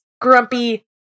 grumpy